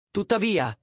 Tuttavia